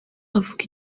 avuga